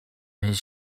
his